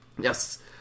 Yes